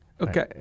Okay